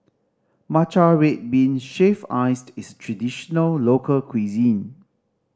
matcha red bean shaved iced is traditional local cuisine